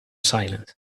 silent